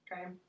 okay